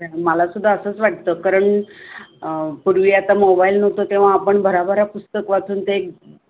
जरा मला सुद्धा असंच वाटतं कारण पूर्वी आता मोबाईल नव्हतं तेव्हा आपण भराभरा पुस्तक वाचून ते